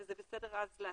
וזה בסדר אז לעצור,